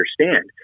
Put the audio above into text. understand